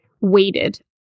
waited